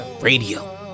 Radio